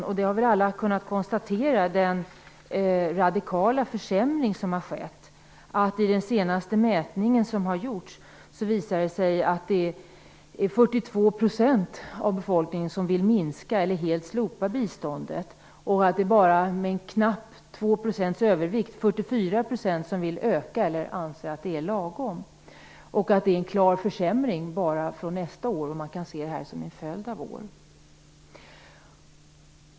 Alla har väl kunnat konstatera den radikala försämring som har skett. I den senaste mätning som har gjorts visar det sig att 42 % av befolkningen vill minska eller helt slopa biståndet och att bara 2 % fler, dvs. 44 %, vill öka biståndet eller anser att det är lagom. Det är en klar försämring, och det kan man se under en följd av år.